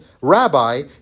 Rabbi